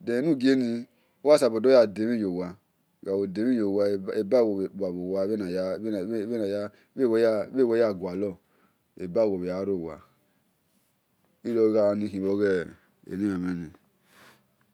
den eni ughieni uwe oyansabo yadi emhin yowa bhenu yaguator eba wobhe gha ro wa eroo-gha nikhin bho-ghe le-lan mhen-ni